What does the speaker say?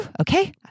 Okay